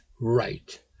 right